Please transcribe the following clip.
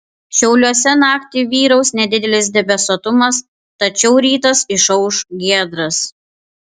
šiauliuose naktį vyraus nedidelis debesuotumas tačiau rytas išauš giedras